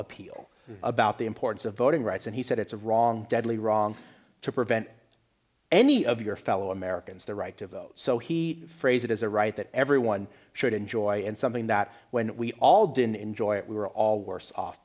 appeal about the importance of voting rights and he said it's a wrong deadly wrong to prevent any of your fellow americans the right to vote so he phrase it as a right that everyone should enjoy and something that when we all didn't enjoy it we were all worse off